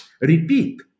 repeat